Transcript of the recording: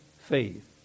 faith